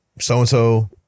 so-and-so